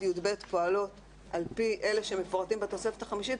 י"ב פועלות על פי אלה שמפורטים בתוספת החמישית,